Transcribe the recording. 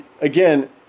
again